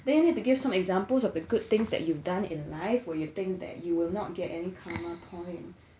then you need to give some examples of the good things that you've done in life where you'd think that you will not get any karma points